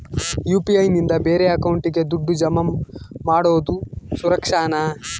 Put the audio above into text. UPI ನಿಂದ ಬೇರೆ ಅಕೌಂಟಿಗೆ ದುಡ್ಡು ಜಮಾ ಮಾಡೋದು ಸುರಕ್ಷಾನಾ?